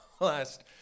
last